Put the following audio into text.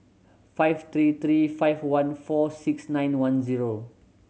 five three three five one four six nine one zero